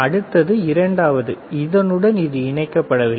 அடுத்தது இரண்டாவது இதனுடன் இணைக்கப்படவில்லை